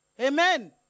Amen